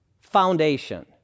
foundation